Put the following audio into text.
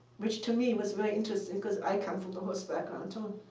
which to me was very interesting, because i come from the horse background, and um